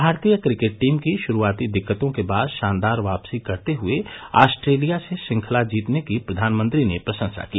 भारतीय cricket team की शुरूआती दिक्कतों के बाद शानदार वापसी करते हए ऑस्ट्रेलिया से श्रंखला जीतने की प्रधानमंत्री ने प्रशंसा की